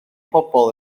pobl